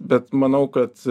bet manau kad